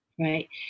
Right